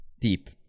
deep